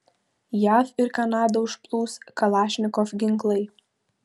jav ir kanadą užplūs kalašnikov ginklai